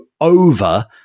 over